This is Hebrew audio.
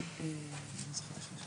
אינטנסיבית של שלושת